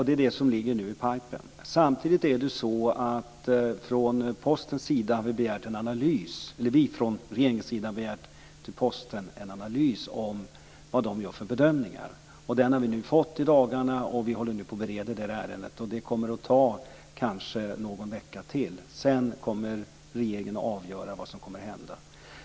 Det är detta som nu ligger så att säga "i pipen". Samtidigt har vi från regeringens sida av Posten begärt en analys och bedömning. Det har vi fått i dagarna, och vi håller nu på att bereda ärendet. Det kommer kanske att ta någon vecka till, sedan kommer regeringen att avgöra vad som kommer att hända.